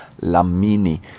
Lamini